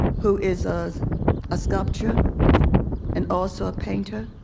who is ah a sculpture and also a painter.